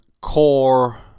core